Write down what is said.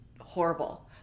horrible